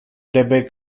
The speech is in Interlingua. debe